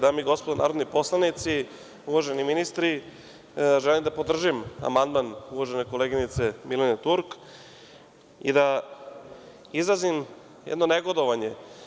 Dame i gospodo narodni poslanici, uvaženi ministri, želim da podržim amandman uvažene koleginice Milene Turk i da izrazim jedno negodovanje.